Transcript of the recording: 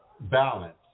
balance